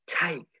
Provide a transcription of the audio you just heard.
Take